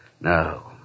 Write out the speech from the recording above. No